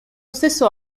stesso